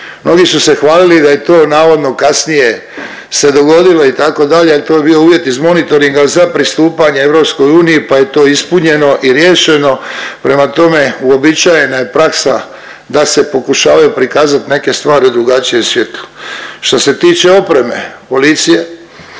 Mnogi su se hvalili da je to navodno kasnije se dogodilo itd., a to je bio uvjet iz monitoringa za pristupanje EU, pa je to ispunjeno i riješeno, prema tome uobičajena je praksa da se pokušavaju prikazat neke stvari u drugačijem svijetlu. Što se tiče opreme policije